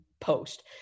post